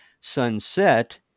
sunset